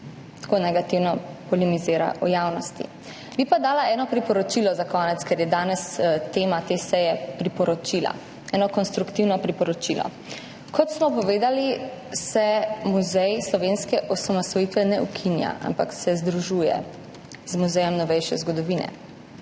tako negativno polemizira v javnosti. Bi pa dala eno priporočilo za konec, ker so danes tema te seje priporočila. Eno konstruktivno priporočilo. Kot smo povedali, se Muzej slovenske osamosvojitve ne ukinja, ampak se združuje z Muzejem novejše zgodovine.